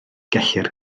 gellir